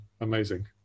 amazing